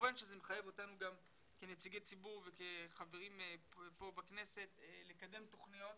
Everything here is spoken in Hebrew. כמובן שזה מחייב אותנו כנציגי ציבור וכחברי כנסת לקדם תוכניות